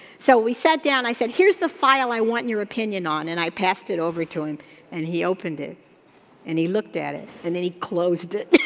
so, we sat down, i said here's the file i want your opinion on and i passed it over to him and he opened it and he looked at it and then he closed it